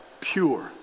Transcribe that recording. pure